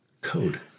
code